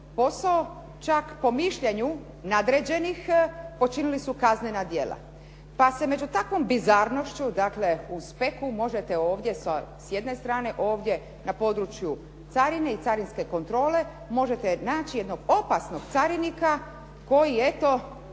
posao. Čak po mišljenju nadređenih počinili su kaznena djela, pa se među takvom bizarnošću, dakle u speku možete ovdje s jedne strane ovdje na području carine i carinske kontrole možete naći jednog opasnog carinika koji eto